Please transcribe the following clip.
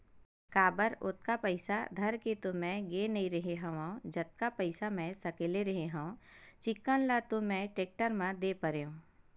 काबर ओतका पइसा धर के तो मैय गे नइ रेहे हव जतका पइसा मै सकले रेहे हव चिक्कन ल तो मैय टेक्टर म दे परेंव